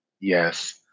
yes